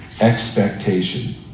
expectation